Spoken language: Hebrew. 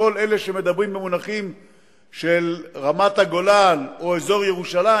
כל אלה שמדברים במונחים של רמת-הגולן או אזור ירושלים,